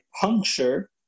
puncture